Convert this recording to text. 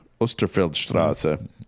Osterfeldstraße